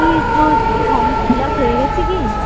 তুই তোর তোর ফর্ম ফিল আপ হয়ে গেছে কি